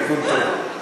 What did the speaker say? תיקון טעות.